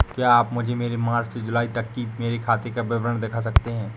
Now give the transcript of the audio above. क्या आप मुझे मार्च से जूलाई तक की मेरे खाता का विवरण दिखा सकते हैं?